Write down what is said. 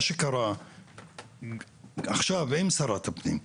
מה שקרה עכשיו עם שרת הפנים שקד,